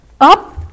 up